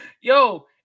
Yo